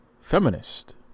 feminist